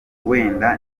wenda